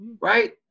right